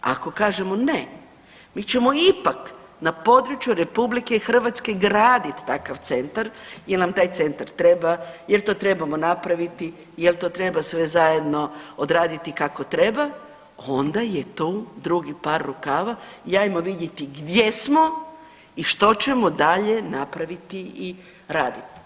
Ako kažemo ne mi ćemo ipak na području RH graditi takav centar jer nam taj centar treba, jer to trebamo napraviti, jer to treba sve zajedno odraditi kako treba onda je to drugi par rukava i ajmo vidjeti gdje smo i što ćemo dalje napraviti i raditi.